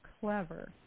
clever